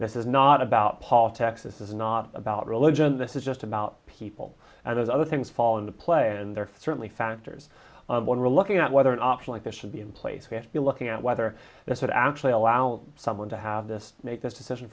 this is not about paul texas is not about religion this is just about people and those other things fall into play and they're certainly factors when relooking out whether an option like this should be in place we have to be looking at whether this would actually allow someone to have this make this decision